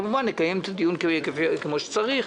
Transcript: כמובן נקיים את הדיון כפי שצריך.